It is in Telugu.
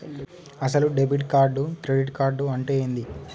అసలు డెబిట్ కార్డు క్రెడిట్ కార్డు అంటే ఏంది?